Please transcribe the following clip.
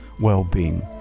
well-being